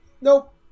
Nope